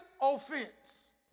offense